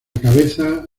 cabeza